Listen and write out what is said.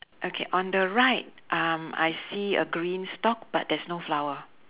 okay on the right um I see a green stalk but there's no flower